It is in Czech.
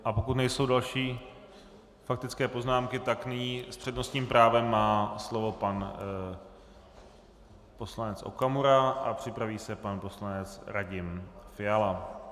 A pokud nejsou další faktické poznámky, tak nyní s přednostním právem má slovo pan poslanec Okamura a připraví se pan poslanec Radim Fiala.